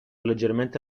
leggermente